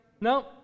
No